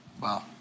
Wow